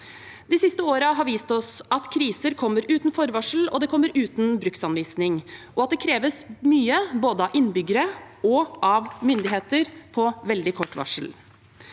De siste årene har vist oss at kriser kommer uten forvarsel, at de kommer uten bruksanvisning, og at det kreves mye både av innbyggere og av myndigheter på veldig kort varsel.